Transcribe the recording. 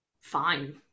fine